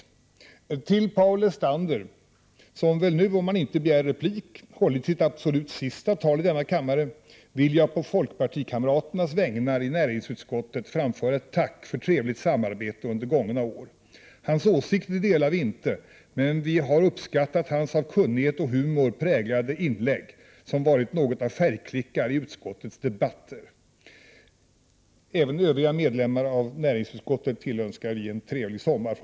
Jag vill till Paul Lestander —- som nu, om han inte begär replik, har hållit sitt absolut sista tal i denna kammare — på folkpartikamraternas i näringsutskottet vägnar framföra ett tack för trevligt samarbete under gångna år. Hans åsikter delar vi inte, men vi har uppskattat hans av kunnighet och humor präglade inlägg som varit något av färgklickar i utskottets debatter. Vi från folkpartigruppen tillönskar även övriga medlemmar av näringsutskottet en trevlig sommar.